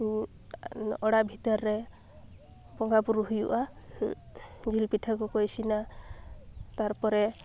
ᱚᱲᱟᱜ ᱵᱷᱤᱛᱟᱹᱨ ᱨᱮ ᱵᱚᱸᱜᱟ ᱵᱳᱨᱳ ᱦᱩᱭᱩᱜᱼᱟ ᱡᱤᱞ ᱯᱤᱴᱷᱟᱹ ᱠᱚᱠᱚ ᱤᱥᱤᱱᱟ ᱛᱟᱨᱯᱚᱨᱮ